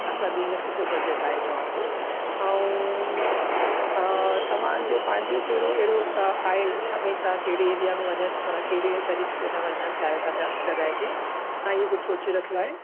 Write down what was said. अछा ॿीं लख जो बजट आहे तव्हांजो ऐं तव्हां तव्हांजो पंहिंजो कहिड़ो अहिड़ो आहे इछा बई तव्हां कहिड़े एरिया में वञणु माना कहिड़े तरीक़े सां वञणु चाहियो था पिया जॻहि ते तव्हां इहो कुझु सोचे रखियो आहे